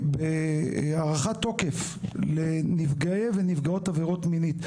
בהארכת תוקף לנפגעי ונפגעות עבירות מיניות,